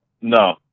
No